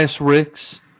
Ricks